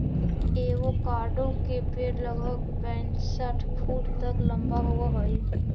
avocado के पेड़ लगभग पैंसठ फुट तक लंबा होब हई